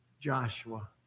Joshua